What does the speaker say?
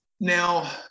Now